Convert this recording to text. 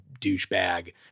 douchebag